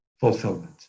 fulfillment